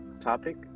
topic